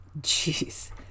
Jeez